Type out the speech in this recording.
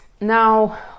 Now